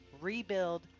rebuild